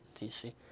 DC